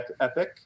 epic